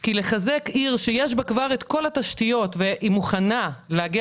כי לחזק עיר שיש בה כבר את כל התשתיות והיא מוכנה להגיע